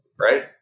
right